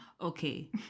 Okay